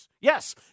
Yes